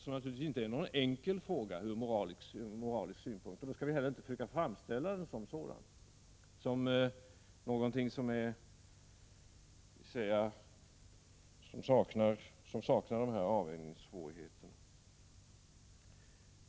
Det är naturligtvis inte någon enkel fråga ur moralisk synvinkel, och då skall man inte heller försöka framställa den så — som någonting som saknar dessa avvägningssvårigheter.